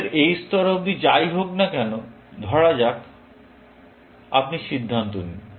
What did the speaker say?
আমাদের এই স্তর অবধি বা যাই হোক না কেন ধরা যাক আপনি সিদ্ধান্ত নিন